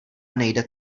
nejde